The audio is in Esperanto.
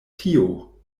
tio